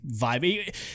vibe